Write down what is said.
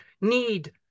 need